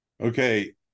Okay